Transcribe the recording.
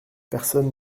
personne